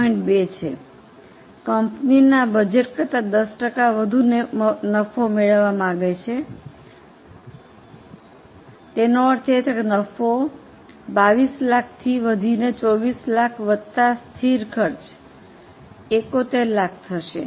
2 છે company budget કરતા 10 ટકા વધુ નફો મેળવવા માગે છે તેનો અર્થ એ કે નફો 2200000 થી વધીને 2420000 વત્તા સ્થિર ખર્ચ 7100000 થશે